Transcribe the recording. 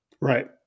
Right